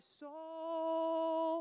soul